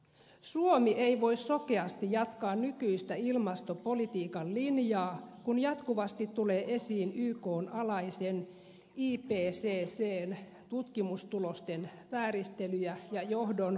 suomi ei voi sokeasti jatkaa nykyistä ilmastopolitiikan linjaa kun jatkuvasti tulee esiin ykn alaisen ipccn tutkimustulosten vääristelyjä ja johdon korruptioepäilyjä